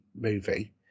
movie